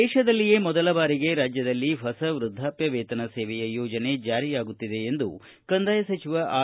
ದೇಶದಲ್ಲಿಯೇ ಮೊದಲ ಬಾರಿಗೆ ರಾಜ್ಯದಲ್ಲಿ ಹೊಸ ವೃದ್ಧಾಷ್ಠ ವೇತನ ಸೇವೆಯ ಯೋಜನೆ ಜಾರಿಯಾಗುತ್ತಿದೆ ಎಂದು ಕಂದಾಯ ಸಚಿವ ಆರ್